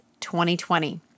2020